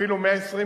פחד לשבת